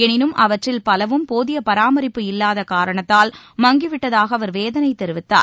எனினும் அவற்றில் பலவும் போதிய பராமரிப்பு இல்லாத காரணத்தால் மங்கிவிட்டதாக அவர் வேதனைத் தெரிவித்தார்